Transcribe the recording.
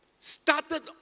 Started